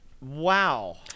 wow